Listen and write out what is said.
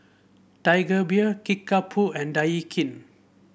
Tiger Beer Kickapoo and Daikin